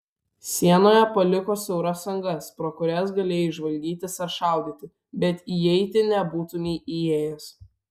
sienoje paliko siauras angas pro kurias galėjai žvalgytis ar šaudyti bet įeiti nebūtumei įėjęs